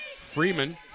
Freeman